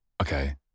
okay